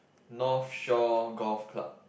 North Shore Golf Club